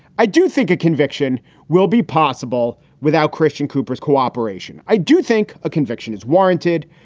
i do think a conviction will be possible without christian cooper's cooperation. i do think a conviction is warranted.